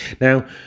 Now